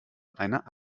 einer